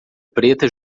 preta